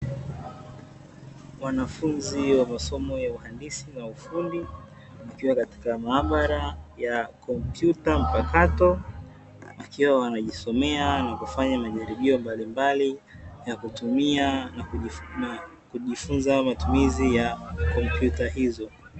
Wanafunzi wa masomo ya uhandisi na ufundi, wakiwa katika maabara ya kompyuta mpakato, wakiwa wanajisomea na kufanya majaribio mbalimbali, ya kutumia na kujifunza matumizi ya kompyuta hizo.